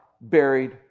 buried